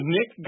Nick